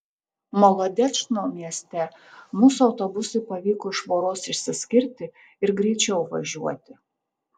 molodečno mieste mūsų autobusui pavyko iš voros išsiskirti ir greičiau važiuoti